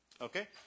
Okay